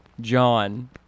John